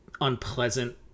unpleasant